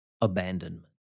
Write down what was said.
abandonment